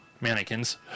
mannequins